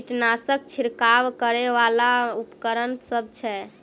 कीटनासक छिरकाब करै वला केँ उपकरण सब छै?